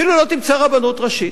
אפילו לא תמצא רבנות ראשית,